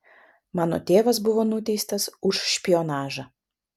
mano tėvas buvo nuteistas už špionažą